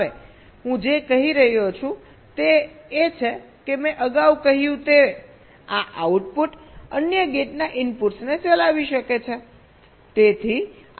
હવે હું જે કહી રહ્યો છું તે એ છે કે મેં અગાઉ કહ્યું તે આ આઉટપુટ અન્ય ગેટના ઇનપુટ્સને ચલાવી શકે છે